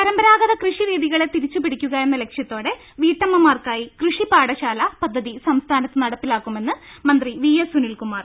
പരമ്പരാഗത കൃഷി രീതികളെ തിരിച്ചുപിടിക്കുക എന്ന ലക്ഷ്യത്തോടെ വീട്ടമ്മമാർക്കായി കൃഷിപാഠശാല പദ്ധതി സംസ്ഥാനത്ത് നടപ്പാക്കുമെന്ന് മന്ത്രി വി എസ് സുനിൽ കുമാർ